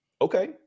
Okay